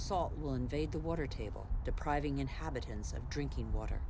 salt will invade the water table depriving inhabitants of drinking water